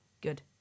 Good